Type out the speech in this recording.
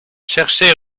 cherchait